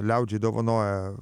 liaudžiai dovanoja